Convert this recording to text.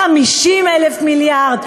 50,000 מיליארד,